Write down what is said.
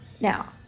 now